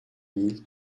mille